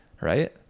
right